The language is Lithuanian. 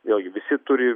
vėlgi visi turi